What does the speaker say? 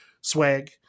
swag